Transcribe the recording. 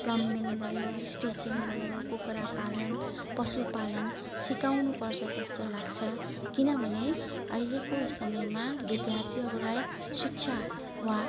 plumbing भयो stitching भयो कुखुरा पालन पशु पालन सिकाउनु पर्छ जस्तो लाग्छ किनभने अहिलेको समयमा विद्यार्थीहरूलाई शिक्षा वा